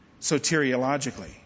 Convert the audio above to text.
Soteriologically